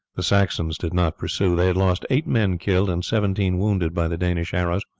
the saxons did not pursue. they had lost eight men killed, and seventeen wounded by the danish arrows,